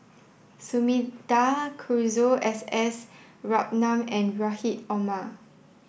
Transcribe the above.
Sumida Haruzo S S Ratnam and Rahim Omar